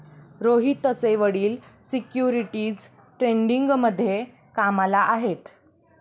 रोहितचे वडील सिक्युरिटीज ट्रेडिंगमध्ये कामाला आहेत